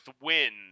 win